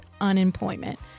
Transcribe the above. unemployment